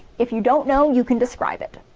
if you don't know, you can describe it.